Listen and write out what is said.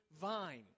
vine